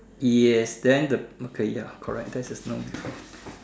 yes then the uh ya correct that's the